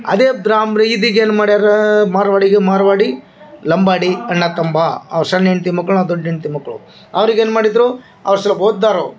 ಅದೇ ಬ್ರಾಮ್ರ್ ಇದೀಗ ಏನು ಮಾಡ್ಯಾರ ಮಾರ್ವಾಡಿಗೆ ಮಾರ್ವಾಡಿ ಲಂಬಾಡಿ ಅಣ್ಣ ತಂಬ ಅವ್ರ ಶಣ್ ಹೆಂಡತಿ ಮಕ್ಕಳು ಅವ್ರ ದೊಡ್ಡ ಹೆಂಡತಿ ಮಕ್ಕಳು ಅವ್ರಿಗೆ ಏನು ಮಾಡಿದರು ಅವ್ರು ಸೊಲ್ಪ ಓದ್ದವರು